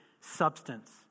substance